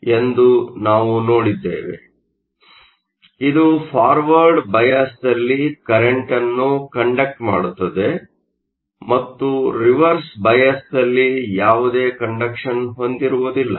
ಆದ್ದರಿಂದ ಇದು ಫಾರ್ವರ್ಡ್ ಬಯಾಸ್ದಲ್ಲಿ ಕರೆಂಟ್ ಅನ್ನು ಕಂಡಕ್ಟ್Conduct ಮಾಡುತ್ತದೆ ಮತ್ತು ರಿವರ್ಸ್ ಬಯಾಸ್ನಲ್ಲಿ ಯಾವುದೇ ಕಂಡಕ್ಷನ್Conduction ಹೊಂದಿರುವುದಿಲ್ಲ